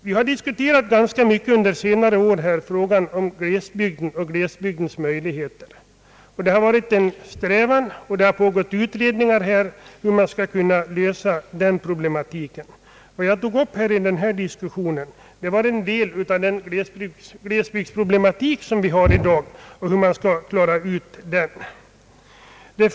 Vi har under senare år ganska mycket diskuterat glesbygden och dess framtida möjligheter. Det har varit en strävan att försöka lösa den problematiken, och det har pågått utredningar. I mitt förra anförande tog jag upp en del av de svårigheter som glesbygden har i dag och hur de skall klaras ut.